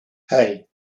hey